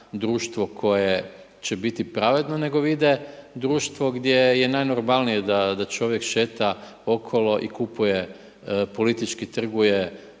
koje će biti pravedno, nego vide društvo gdje je najnormalnije da čovjek šeta okolo i kupuje politički trguje